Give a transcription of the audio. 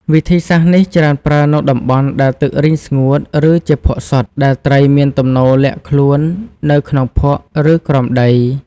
វិធីសាស្ត្រនេះច្រើនប្រើនៅតំបន់ដែលទឹករីងស្ងួត ឬជាភក់សុទ្ធ ដែលត្រីមានទំនោរលាក់ខ្លួននៅក្នុងភក់ ឬក្រោមដី។